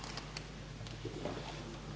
Hvala vam